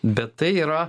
bet tai yra